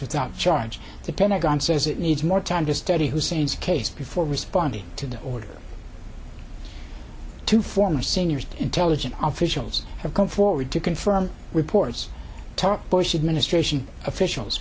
without charge the pentagon says it needs more time to study hussein's case before responding to the order to former senior intelligence officials have come forward to confirm reports top bush administration officials